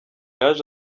yaje